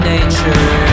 Nature